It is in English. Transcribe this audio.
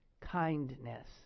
kindness